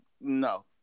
no